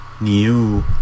new